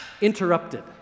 interrupted